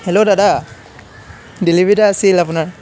hello দাদা delivery এটা আছিল আপোনাৰ